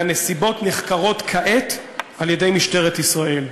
והנסיבות נחקרות כעת על-ידי משטרת ישראל.